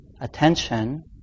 attention